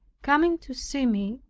coming to see me,